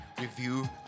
review